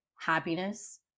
happiness